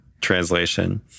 translation